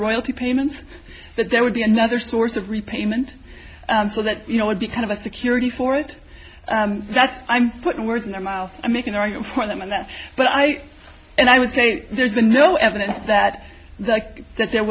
royalty payments that there would be another source of repayment and so that would be kind of a security for it that i'm putting words in their mouth i make an argument for them and that but i and i would say there's been no evidence that the that there